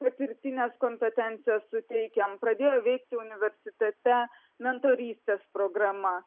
patirtines kompetencijas suteikiam pradėjo veikti universitete mentorystės programa